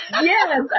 Yes